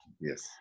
Yes